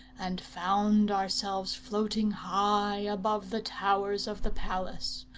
and found ourselves floating high above the towers of the palace,